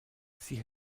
sie